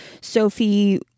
Sophie